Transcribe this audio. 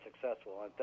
successful